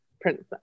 princess